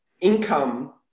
income